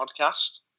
podcast